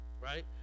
Right